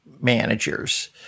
managers